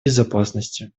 безопасностью